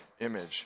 image